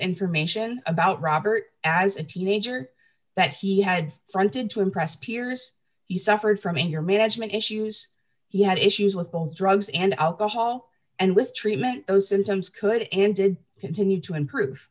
information about robert as a teenager that he had fronted to impress peers he suffered from in your management issues he had issues with both drugs and alcohol and with treatment those symptoms could and did continue to improve